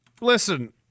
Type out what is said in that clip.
Listen